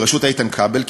בראשות איתן כבל,